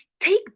Take